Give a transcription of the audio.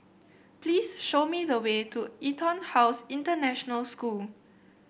please show me the way to EtonHouse International School